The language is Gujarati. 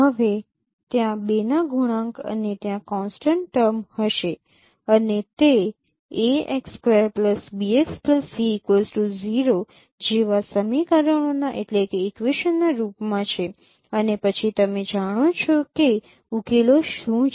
હવે ત્યાં 2 ના ગુણાંક અને ત્યાં કોન્સટન્ટ ટર્મ હશે અને તે જેવા સમીકરણોના રૂપમાં છે અને પછી તમે જાણો છો કે ઉકેલો શું છે